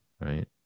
Right